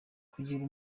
kugira